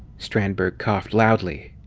strandberg coughed loudly.